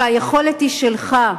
והיכולת היא שלך.